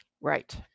Right